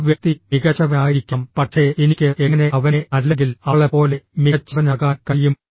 ആ വ്യക്തി മികച്ചവനായിരിക്കാം പക്ഷേ എനിക്ക് എങ്ങനെ അവനെ അല്ലെങ്കിൽ അവളെപ്പോലെ മികച്ചവനാകാൻ കഴിയും